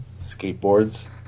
Skateboards